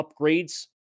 upgrades